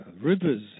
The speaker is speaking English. rivers